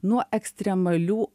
nuo ekstremalių